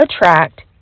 attract